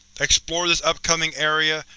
explore this upcoming area,